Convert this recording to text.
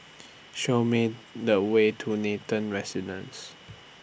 Show Me The Way to Nathan Residences